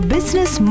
Business